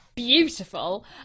beautiful